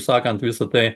sakant visa tai